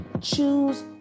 Choose